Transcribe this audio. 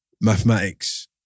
mathematics